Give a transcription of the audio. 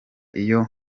iyo